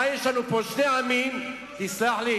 מה יש לנו פה, שני עמים.